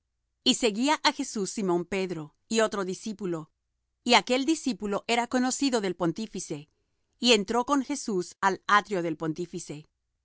y seguía á jesús simón pedro y otro discípulo y aquel discípulo era conocido del pontífice y entró con jesús al atrio del pontífice